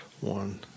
One